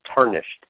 tarnished